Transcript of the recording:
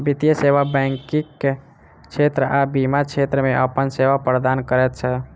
वित्तीय सेवा बैंकिग क्षेत्र आ बीमा क्षेत्र मे अपन सेवा प्रदान करैत छै